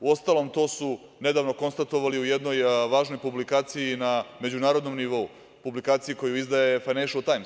Uostalom, to su nedavno konstatovali u jednoj važnoj publikaciji na međunarodnom nivou, publikaciji koju izdaje "Fejnenšel Tajms"